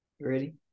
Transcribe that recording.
Ready